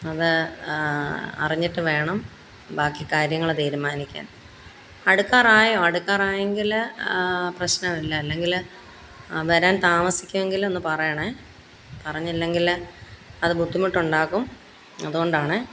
അത് അറിഞ്ഞിട്ട് വേണം ബാക്കി കാര്യങ്ങള് തീരുമാനിക്കാൻ അടുക്കാറായോ അടുക്കാറായെങ്കില് പ്രശ്നമില്ല അല്ലെങ്കില് വരാൻ താമസിക്കുമെങ്കിലൊന്ന് പറയണേ പറഞ്ഞില്ലെങ്കില് അത് ബുദ്ധിമുട്ടുണ്ടാക്കും അതുകൊണ്ടാണ്